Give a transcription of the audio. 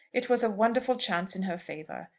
it was a wonderful chance in her favour.